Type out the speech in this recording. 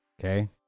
Okay